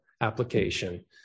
application